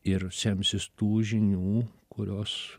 ir semsis tų žinių kurios